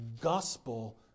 gospel